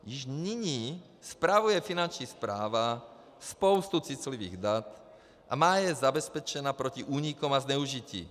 Již nyní spravuje Finanční správa spoustu citlivých dat a má je zabezpečena proti úniku a zneužití.